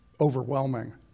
overwhelming